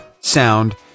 sound